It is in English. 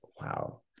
Wow